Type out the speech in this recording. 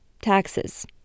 taxes